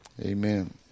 Amen